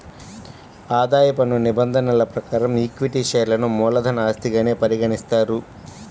ఆదాయ పన్ను నిబంధనల ప్రకారం ఈక్విటీ షేర్లను మూలధన ఆస్తిగానే పరిగణిస్తారు